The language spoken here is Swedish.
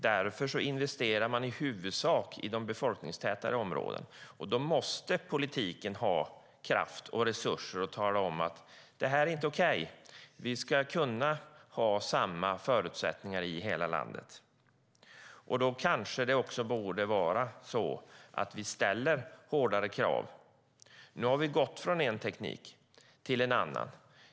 Därför investerar man i huvudsak i de befolkningstätare områdena. Då måste politiken ha kraft och resurser att tala om att det inte är okej, att vi ska kunna ha samma förutsättningar i hela landet. Kanske borde vi ställa hårdare krav. Nu har vi gått från en teknik till en annan.